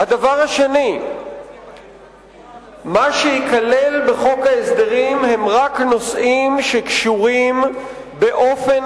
2. מה שייכלל בחוק ההסדרים זה רק נושאים שקשורים באופן